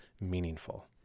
meaningful